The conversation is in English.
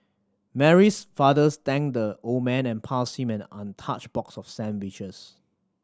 Mary's father's thanked the old man and passed him an untouched box of sandwiches